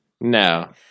No